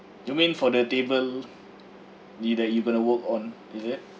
you mean for the table you that you going to work on is it